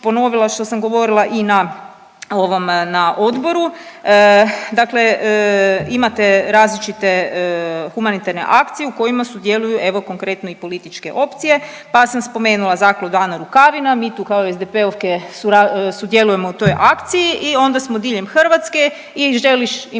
ponovila što sam govorila i na ovom, na odboru. Dakle imate različite humanitarne akcije u kojima sudjeluju evo konkretno i političke opcije, pa sam spomenula Zakladu Ana Rukavina, mi tu kao SDP-ovke sudjelujemo u toj akciji i onda smo diljem Hrvatske i želiš imati